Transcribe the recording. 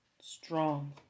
strong